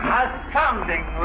astounding